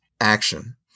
action